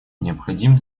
необходим